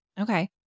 Okay